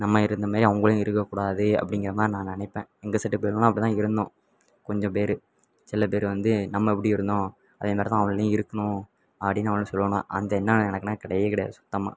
நம்ம இருந்த மாரி அவங்களையும் இருக்கக்கூடாது அப்படிங்கிற மாதிரி நான் நினைப்பேன் எங்கள் செட்டு பையனுவோயெல்லாம் அப்படிதான் இருந்தோம் கொஞ்சம் பேர் சில பேர் வந்து நம்ம எப்படி இருந்தோம் அதே மாரிதான் அவனுங்களையும் இருக்கணும் அப்படின்னு அவனுவோ சொல்லுவானோ அந்த எண்ணம் எனக்கெல்லாம் கிடையவே கிடையாது சுத்தமாக